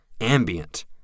ambient